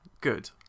Good